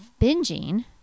binging